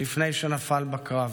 לפני שנפל בקרב.